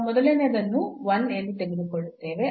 ನಾವು ಮೊದಲನೆಯದನ್ನು 1 ಎಂದು ತೆಗೆದುಕೊಳ್ಳುತ್ತೇವೆ